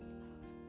love